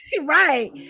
Right